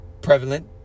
Prevalent